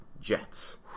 Jets